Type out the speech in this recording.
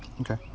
Okay